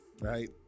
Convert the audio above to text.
right